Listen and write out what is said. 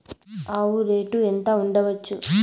ఆవు రేటు ఎంత ఉండచ్చు?